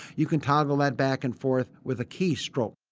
you can toggle that back and forth with a key stroke.